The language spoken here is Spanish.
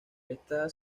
está